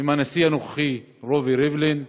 עם הנשיא הנוכחי רובי ריבלין,